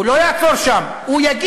הוא כבר לא היה שם: הוא יגיד,